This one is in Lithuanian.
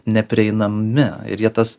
neprieinami ir jie tas